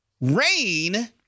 Rain